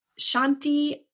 Shanti